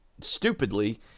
stupidly